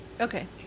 Okay